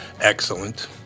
Excellent